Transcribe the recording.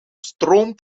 stroom